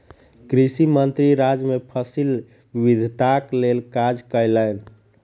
कृषि मंत्री राज्य मे फसिल विविधताक लेल काज कयलैन